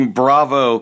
bravo